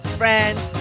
friends